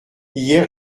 hier